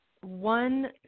one